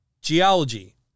Geology